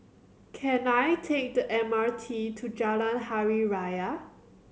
can I take the M R T to Jalan Hari Raya